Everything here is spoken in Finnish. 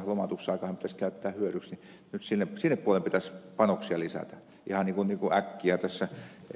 lomautuksen aikahan pitäisi käyttää hyödyksi eli nyt sinne puolelle pitäisi panoksia lisätäi ihan äkkiä tässä